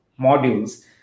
modules